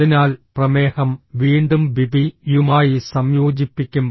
അതിനാൽ പ്രമേഹം വീണ്ടും ബിപി യുമായി സംയോജിപ്പിക്കും